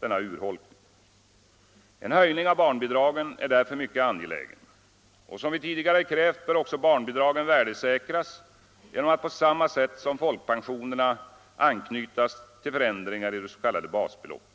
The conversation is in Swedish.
denna urholkning. En höjning av barnbidragen är därför mycket angelägen. Som vi tidigare krävt bör också barnbidragen värdesäkras genom att på samma sätt som folkpensionerna anknytas till förändringarna i det s.k. basbeloppet.